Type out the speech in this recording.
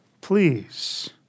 please